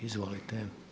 Izvolite.